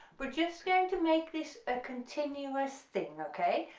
we're just going to make this a continuous thing okay,